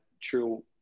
true